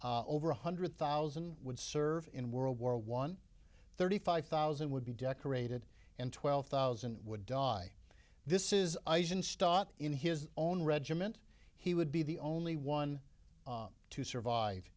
over one hundred thousand would serve in world war one thirty five thousand would be decorated and twelve thousand would die this is aizen stott in his own regiment he would be the only one to survive